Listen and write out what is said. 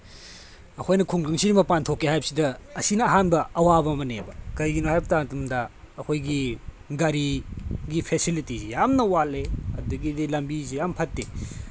ꯑꯩꯈꯣꯏꯅ ꯈꯨꯡꯒꯪꯁꯤꯗꯒꯤ ꯃꯄꯥꯟ ꯊꯣꯛꯀꯦ ꯍꯥꯏꯕꯁꯤꯗ ꯑꯁꯤꯅ ꯑꯍꯥꯟꯕ ꯑꯋꯥꯕ ꯑꯃꯅꯦꯕ ꯀꯩꯒꯤꯅꯣ ꯍꯥꯏꯕ ꯃꯇꯝꯗ ꯑꯩꯈꯣꯏꯒꯤ ꯒꯥꯔꯤꯒꯤ ꯐꯦꯁꯤꯂꯤꯇꯤꯁꯦ ꯌꯥꯝꯅ ꯋꯥꯠꯂꯤ ꯑꯗꯨꯗꯒꯤꯗꯤ ꯂꯝꯕꯤꯁꯤ ꯌꯥꯝꯅ ꯐꯠꯇꯦ